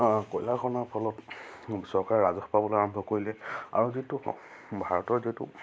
কয়লা খন্দাৰ ফলত চৰকাৰে ৰাজহ পাবলৈ আৰম্ভ কৰিলে আৰু যিটো ভাৰতৰ যিটো